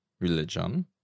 religion